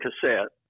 cassette